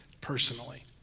personally